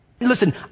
Listen